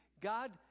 God